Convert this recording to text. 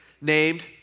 Named